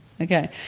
Okay